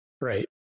right